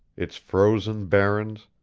its frozen barrens,